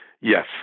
Yes